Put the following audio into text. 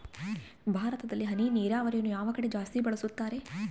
ಭಾರತದಲ್ಲಿ ಹನಿ ನೇರಾವರಿಯನ್ನು ಯಾವ ಕಡೆ ಜಾಸ್ತಿ ಬಳಸುತ್ತಾರೆ?